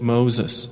Moses